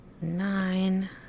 nine